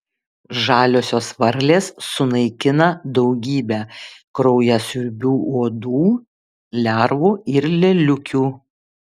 žaliosios varlės sunaikina daugybę kraujasiurbių uodų lervų ir lėliukių